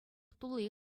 тулли